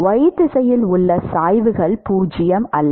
y திசையில் உள்ள சாய்வுகள் 0 அல்ல